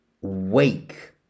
wake